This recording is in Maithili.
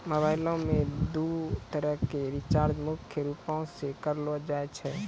मोबाइलो मे दू तरह के रीचार्ज मुख्य रूपो से करलो जाय छै